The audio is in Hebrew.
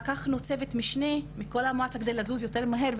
לקחנו צוות משנה מכל המועצה כדי לזוז יותר מהר,